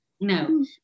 No